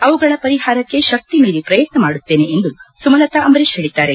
ಅವುಗಳ ಪರಿಹಾರಕ್ಕೆ ಶಕ್ತಿಮೀರಿ ಪ್ರಯತ್ನ ಮಾಡುತ್ತೇನೆ ಎಂದು ಸುಮಲತಾ ಅಂಬರೀಶ್ ಹೇಳಿದ್ದಾರೆ